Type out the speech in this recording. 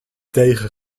tegen